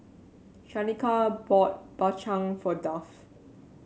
Shanika bought Bak Chang for Duff